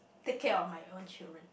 take care of my own children